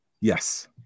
Yes